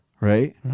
Right